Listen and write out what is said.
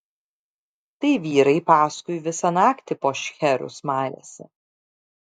tai vyrai paskui visą naktį po šcherus malėsi